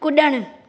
कुड॒णु